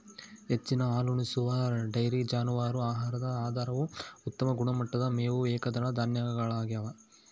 ಹೆಚ್ಚಿನ ಹಾಲುಣಿಸುವ ಡೈರಿ ಜಾನುವಾರು ಆಹಾರದ ಆಧಾರವು ಉತ್ತಮ ಗುಣಮಟ್ಟದ ಮೇವು ಏಕದಳ ಧಾನ್ಯಗಳಗ್ಯವ